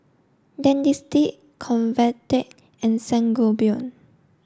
Dentiste Convatec and Sangobion